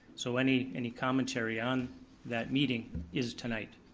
so any any commentary on that meeting is tonight.